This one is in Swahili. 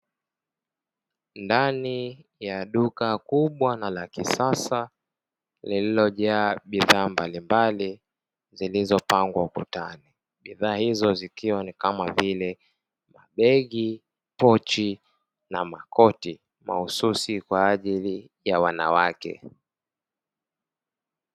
Ndani ya duka kubwa na la kisasa lililojaa bidhaa mbalimbali zilizopangwa ukutani bidhaa hizo, zikiwa ni kama vile mabegi pochi na makoti mahususi kwa ajili ya wanawake.